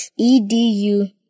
edu